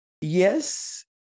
Yes